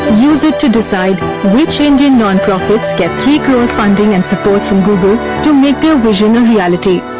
use it to decide which indian nonprofits get three crore funding and support from google to make their vision a reality.